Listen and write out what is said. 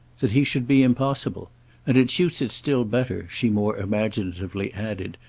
that he should be impossible and it suits it still better, she more imaginatively added,